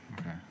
Okay